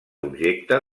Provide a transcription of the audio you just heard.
objecte